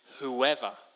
whoever